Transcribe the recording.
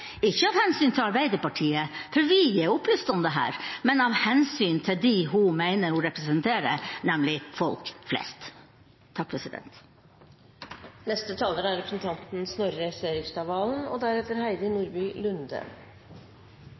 ikke av hensyn til Arbeiderpartiet, for vi er opplyst om dette, men av hensyn til dem hun mener hun representerer, nemlig folk flest.